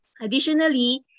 Additionally